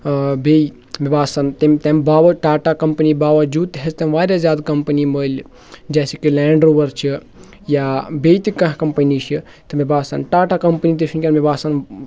بیٚیہِ مےٚ باسان تِمہِ تَمہِ باوَو ٹاٹا کَمپٔنی باوجوٗد ہٮ۪ژ تٔمۍ وارِیاہ زیادٕ کَمپٔنی مٔلۍ جیسے کہِ لینٛڈ رووَر چھِ یا بیٚیہِ تہِ کانٛہہ کَمپٔنی چھِ تہٕ مےٚ باسان ٹاٹا کَمپٔنی تہِ چھِ وُنکٮ۪ن مےٚ باسان